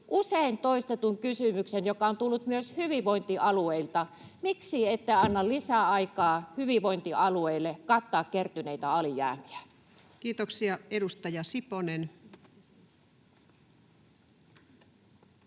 usein toistetun kysymyksen, joka on tullut myös hyvinvointialueilta: miksi ette anna lisää aikaa hyvinvointialueille kattaa kertyneitä alijäämiään? Kiitoksia. — Edustaja Siponen.